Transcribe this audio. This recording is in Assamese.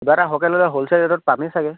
কিবা এটা সৰহকৈ ল'লে হলচেল ৰেটত পামেই চাগে